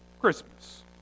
Christmas